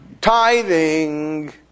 tithing